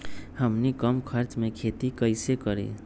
हमनी कम खर्च मे खेती कई से करी?